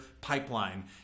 pipeline